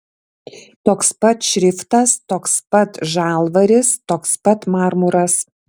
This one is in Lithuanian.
toks pat šriftas toks pat žalvaris toks pat marmuras